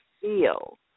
feel